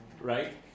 right